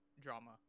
drama